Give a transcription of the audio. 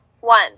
one